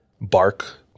bark